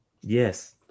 Yes